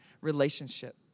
relationship